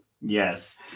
Yes